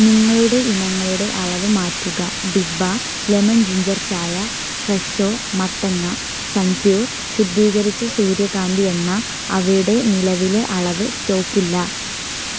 നിങ്ങളുടെ ഇനങ്ങളുടെ അളവ് മാറ്റുക ഡിബ ലെമൺ ജിൻജർ ചായ ഫ്രെഷോ മത്തങ്ങ സൺ പ്യുർ ശുദ്ധീകരിച്ച സൂര്യകാന്തി എണ്ണ അവയുടെ നിലവിലെ അളവ് സ്റ്റോക്ക് ഇല്ല